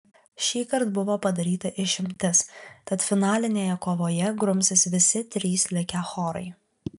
šįkart buvo padaryta išimtis tad finalinėje kovoje grumsis visi trys likę chorai